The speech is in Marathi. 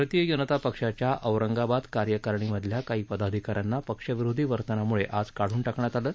भारतीय जनता पक्षाच्या औरंगाबाद कार्यकारणीमधल्या काही पदाधिकाऱ्यांना पक्ष विरोधी वर्तनाम्ळे आज काढून टाकण्यात आलं आहे